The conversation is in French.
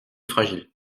fragiles